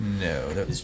no